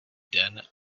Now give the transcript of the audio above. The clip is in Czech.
den